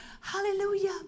hallelujah